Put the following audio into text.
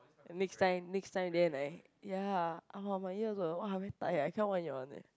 the next time next time then I ya !ah! my ears also !wah! very tired I cannot one eh